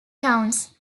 towns